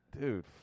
dude